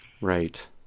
Right